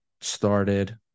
started